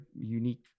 unique